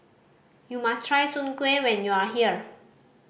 you must try Soon Kueh when you are here